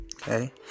Okay